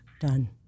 Done